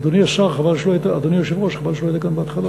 אדוני היושב-ראש, חבל שלא היית כאן בהתחלה.